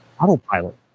autopilot